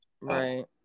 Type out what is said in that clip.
right